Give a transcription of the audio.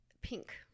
Pink